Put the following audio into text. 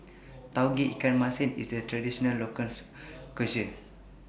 Tauge Ikan Masin IS A Traditional Local Cuisine